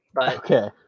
Okay